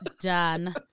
done